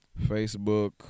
Facebook